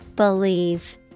Believe